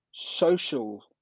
Social